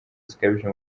zikabije